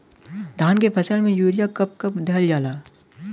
धान के फसल में यूरिया कब कब दहल जाला?